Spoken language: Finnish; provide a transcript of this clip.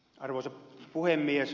arvoisa puhemies